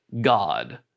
God